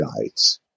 guides